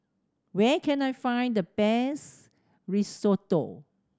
where can I find the best Risotto